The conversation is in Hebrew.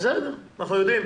אנחנו יודעים.